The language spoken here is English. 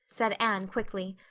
said anne quickly,